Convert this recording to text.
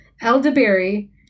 elderberry